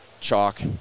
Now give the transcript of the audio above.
Chalk